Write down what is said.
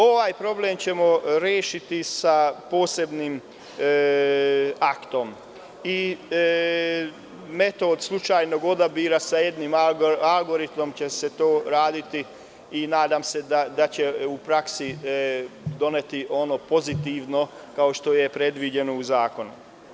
Ovaj problem ćemo rešiti sa posebnim aktom i metodom slučajnog odabira sa jednim algoritmom će se raditi i nadam se da će u praksi doneti ono pozitivno, kao što je predviđeno u zakonu.